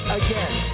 again